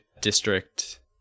district